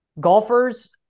golfers